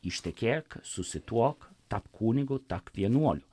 ištekėk susituok tapk kunigu tapk vienuoliu